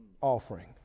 offering